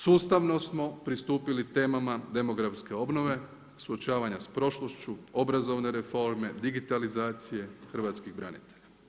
Sustavno smo pristupili temama demografske obnove, suočavanju s prošlošću, obrazovane reforme, digitalizacije hrvatskih branitelja.